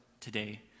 today